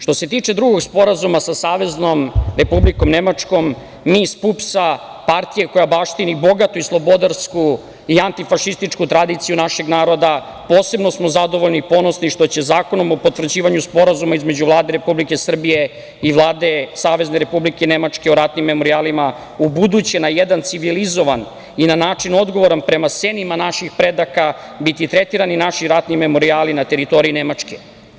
Što se tiče drugog sporazuma sa Saveznom Republikom Nemačkom, mi iz PUPS-a, partije koja baštini bogatu i slobodarsku i antifašističku tradiciju našeg naroda, posebno smo zadovoljni i ponosni što će zakonom o potvrđivanju Sporazuma između Vlade Republike Srbije i Vlade Savezne Republike Nemačke o ratnim memorijalima ubuduće na jedan civilizovan i odgovoran način prema senima naših predaka biti tretirani naši ratni memorijali na teritoriji Nemačke.